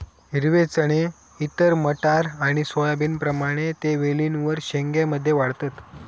हिरवे चणे इतर मटार आणि सोयाबीनप्रमाणे ते वेलींवर शेंग्या मध्ये वाढतत